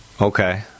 Okay